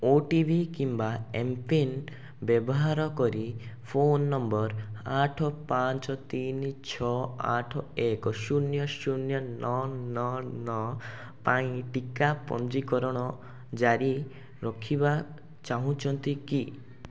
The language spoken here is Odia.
ଓ ଟି ଭି କିମ୍ବା ଏମ୍ ପିନ୍ ବ୍ୟବହାର କରି ଫୋନ୍ ନମ୍ବର୍ ଆଠ ପାଞ୍ଚ ତିନି ଛଅ ଆଠ ଏକ ଶୂନ ଶୂନ ନଅ ନଅ ନଅ ପାଇଁ ଟିକା ପଞ୍ଜୀକରଣ ଜାରି ରଖିବା ଚାହୁଁଛନ୍ତି କି